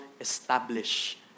establish